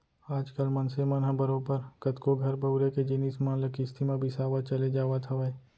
आज कल मनसे मन ह बरोबर कतको घर बउरे के जिनिस मन ल किस्ती म बिसावत चले जावत हवय